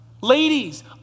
Ladies